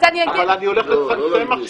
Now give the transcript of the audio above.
אבל אני הולך לצמצם עכשיו.